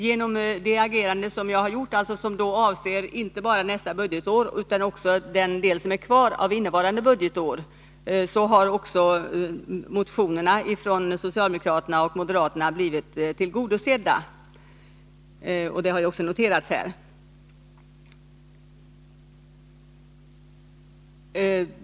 Genom mitt agerande, som inte bara avser nästa budgetår utan också den del som är kvar av innevarande budgetår, har också motionerna från socialdemokraterna och moderaterna blivit tillgodosedda. Det har också noterats här.